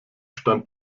stand